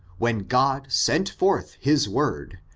when god sent forth his word,